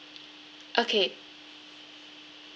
okay